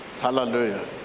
Hallelujah